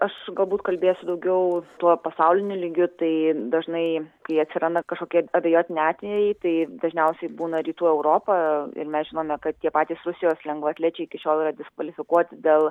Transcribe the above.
aš galbūt kalbėsiu daugiau tuo pasauliniu lygiu tai dažnai kai atsiranda kažkokie abejotini atvejai tai dažniausiai būna rytų europa ir mes žinome kad tie patys rusijos lengvaatlečiai iki šiol yra diskvalifikuoti dėl